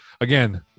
again